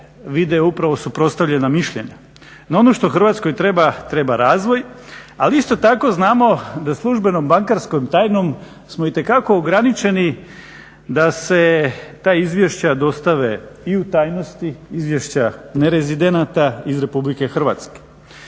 vide upravo suprotstavljena mišljenja. No ono što Hrvatskoj treba, treba razvoj ali isto tako znamo da službenom bankarskom tajnom smo itekako ograničeni da se ta izvješća dostave i u tajnost izvješća nerezidenata iz RH. Vjerujem